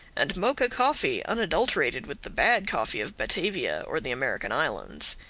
and mocha coffee unadulterated with the bad coffee of batavia or the american islands.